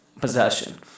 possession